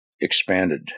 expanded